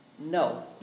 no